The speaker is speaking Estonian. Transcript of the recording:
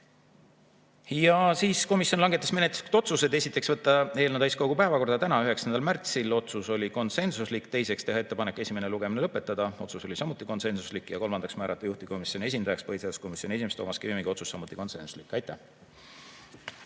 kõrge. Komisjon langetas menetluslikud otsused. Esiteks, võtta eelnõu täiskogu päevakorda täna, 9. märtsil, otsus oli konsensuslik. Teiseks, teha ettepanek esimene lugemine lõpetada, otsus oli samuti konsensuslik. Kolmandaks, määrata juhtivkomisjoni esindajaks põhiseaduskomisjoni esimees Toomas Kivimägi, otsus oli samuti konsensuslik. Aitäh!